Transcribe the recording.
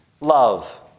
love